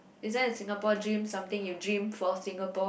is there a Singapore dream something you dream for Singapore